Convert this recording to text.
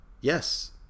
Yes